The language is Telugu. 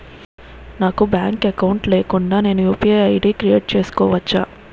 నాకు బ్యాంక్ అకౌంట్ లేకుండా నేను యు.పి.ఐ ఐ.డి క్రియేట్ చేసుకోవచ్చా?